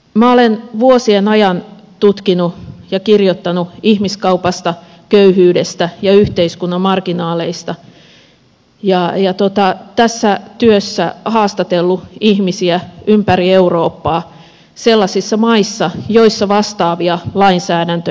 minä olen vuosien ajan tutkinut ja kirjoittanut ihmiskaupasta köyhyydestä ja yhteiskunnan marginaaleista ja tässä työssä haastatellut ihmisiä ympäri eurooppaa sellaisissa maissa joissa vastaavia lainsäädäntöjä on